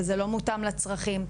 וזה לא מותאם לצרכים.